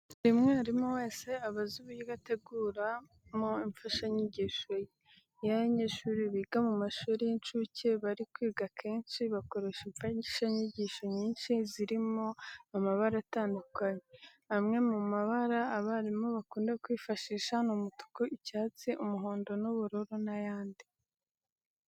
Buri mwarimu wese aba azi uburyo ateguramo imfashanyigisho ye. Iyo abanyeshuri biga mu mashuri y'incuke bari kwiga, akenshi bakoresha imfashanyigisho nyinshi zirimo amabara atandukanye. Amwe mu mabara abarimu bakunda kwifashisha ni umutuku, icyatsi, umuhondo, ubururu n'ayandi.